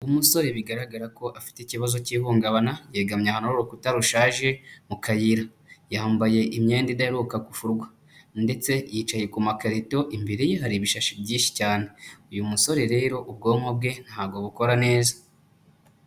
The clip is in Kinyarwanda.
Umusore bigaragara ko afite ikibazo cy'ihungabana, yegamye ahantu hari urukuta rushaje mu kayira. Yambaye imyenda idaheruka gufurwa ndetse yicaye ku makarito, imbere ye hari ibishashi byinshi cyane. Uyu musore rero ubwonko bwe ntabwo bukora neza.